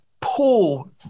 pull